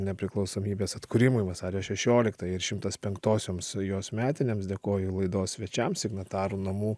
nepriklausomybės atkūrimui vasario šešioliktąją ir šimtas penktosioms jos metinėms dėkoju laidos svečiams signatarų namų